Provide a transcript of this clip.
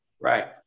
Right